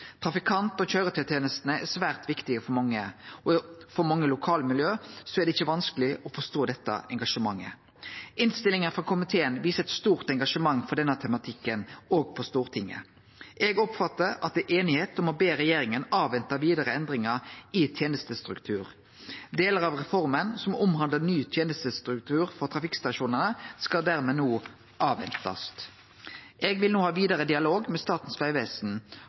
Trafikant- og køyretøytenestene er svært viktige for mange, og det er ikkje vanskeleg å forstå dette engasjementet i mange lokalmiljø. Innstillinga frå komiteen viser eit stort engasjement for denne tematikken òg på Stortinget. Eg oppfattar at det er einigheit om å be regjeringa avvente vidare endringar i tenestestruktur. Delar av reforma som omhandlar ny tenestestruktur for trafikkstasjonane, skal dermed no avventast. Eg vil no ha vidare dialog med Statens vegvesen